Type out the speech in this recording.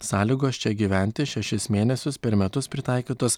sąlygos čia gyventi šešis mėnesius per metus pritaikytos